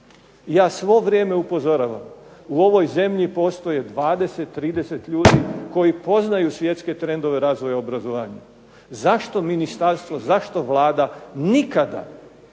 Ja svo vrijeme upozoravam, u ovoj zemlji postoji 20, 30 ljudi koji poznaju svjetske trendove razvoja obrazovanja. Zašto ministarstvo, zašto Vlada nikada